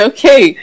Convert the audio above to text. Okay